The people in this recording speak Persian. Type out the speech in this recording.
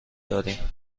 داریم